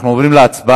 אנחנו עוברים להצבעה.